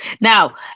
Now